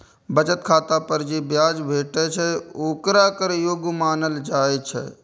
बचत खाता पर जे ब्याज भेटै छै, ओकरा कर योग्य मानल जाइ छै